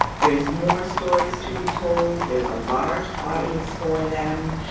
there's more stories to be told. there's a large audience for them.